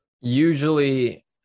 Usually